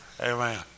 Amen